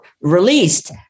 released